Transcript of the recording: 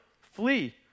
flee